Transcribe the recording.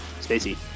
Stacey